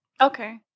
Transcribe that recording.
Okay